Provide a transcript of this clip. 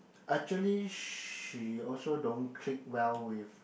actually she also don't click well with